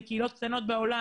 בבית החולים,